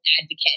advocate